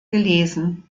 gelesen